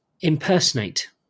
impersonate